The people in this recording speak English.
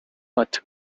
but